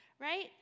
right